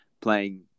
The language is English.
playing